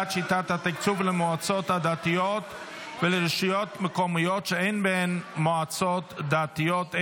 שיטת התקצוב למועצות הדתיות ולרשויות מקומיות שאין בהן מועצות דתיות),